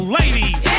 ladies